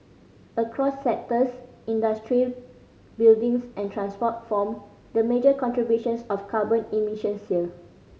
across sectors industry buildings and transport form the major contributors of carbon emissions here